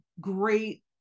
great